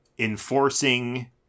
enforcing